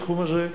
בתחום הזה.